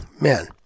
men